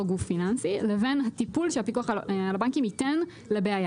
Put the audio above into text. גוף פיננסי לבין הטיפול שהפיקוח על הבנקים ייתן לבעיה.